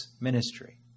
ministry